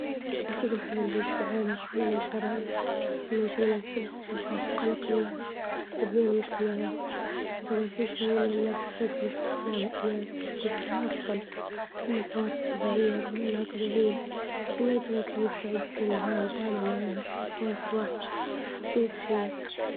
أكيد نحب نعيش في عالم خالي من الجريمة باش ما يتسبب في قلق الناس وتدمير المجتمعات، لو ما فيش جريمة الناس تبي تعيش في سلامة، وأمان وتبني حياة أفضل، أما الكوارث الطبيعية رغم إنها طبيعية لكن نقدر نكون مستعدين لها، ونتعامل معها إذا كان في وعي وتخطيط جيد.